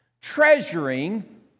treasuring